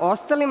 ostalima.